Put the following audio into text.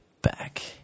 back